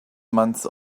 months